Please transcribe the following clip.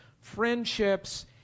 friendships